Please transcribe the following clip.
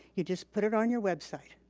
you just put it on your website.